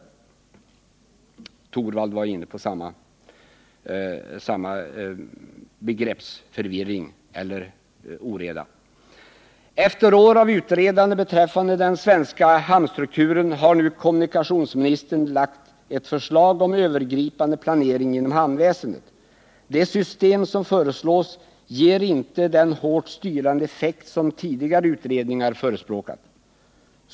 Rune Torwald var inne på samma oreda. Efter år av utredande beträffande den svenska hamnstrukturen har nu kommunikationsministern lagt fram ett förslag om övergripande planering inom hamnväsendet. Det system som föreslås ger inte den hårt styrande effekt som tidigare utredningar förespråkat.